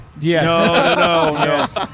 Yes